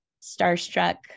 starstruck